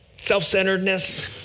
self-centeredness